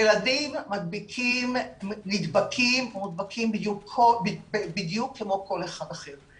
ילדים נדבקים ומדביקים בדיוק כמו כל אחד אחר.